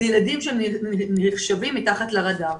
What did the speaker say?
אלה ילדים שהם נחשבים מתחת לרדאר.